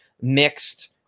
mixed